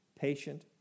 patient